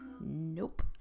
Nope